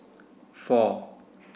four